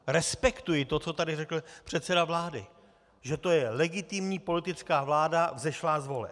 Respektuji to, co tady řekl předseda vlády, že to je legitimní politická vláda vzešlá z voleb.